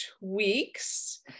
weeks